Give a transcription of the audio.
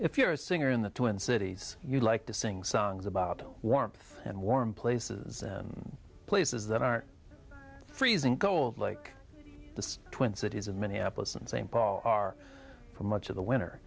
if you're a singer in the twin cities you like to sing songs about warmth and warm places and places that are freezing cold like the twin cities of minneapolis and st paul are for much of the winter